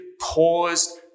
paused